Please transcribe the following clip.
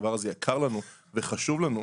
הדבר הזה יקר לנו וחשוב לנו,